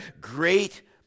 great